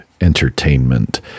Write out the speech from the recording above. entertainment